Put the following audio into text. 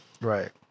Right